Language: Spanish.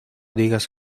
digas